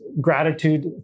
gratitude